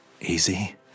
Easy